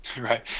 right